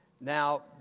Now